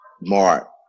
Mark